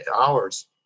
hours